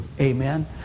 Amen